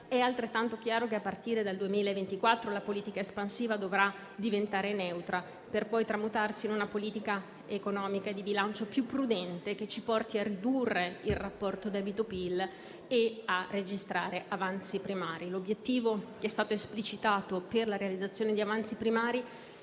È altrettanto chiaro che, a partire dal 2024, la politica espansiva dovrà diventare neutra, per poi tramutarsi in una politica economica e di bilancio più prudente, che ci porti a ridurre il rapporto tra debito e PIL e a registrare avanzi primari. L'obiettivo, che è stato esplicitato, per la realizzazione di avanzi primari